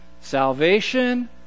Salvation